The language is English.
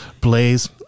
Blaze